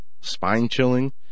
spine-chilling